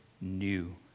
new